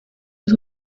was